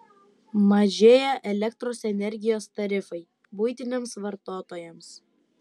mažėja elektros energijos tarifai buitiniams vartotojams